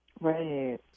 Right